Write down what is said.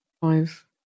five